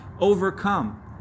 overcome